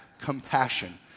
compassion